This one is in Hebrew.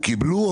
קיבלו.